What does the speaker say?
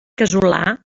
casolà